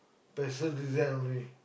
pastel design only